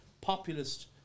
populist